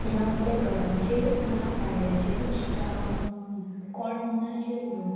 ना आपल्या घराचेर ना भायल्याचेर इश्टां कोणाचेर न्हू